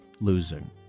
losing